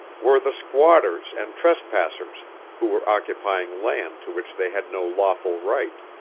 were the squatters and trespassers who were occupying land to which they had no lawful right.